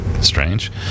strange